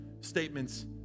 statements